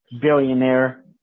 billionaire